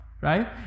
right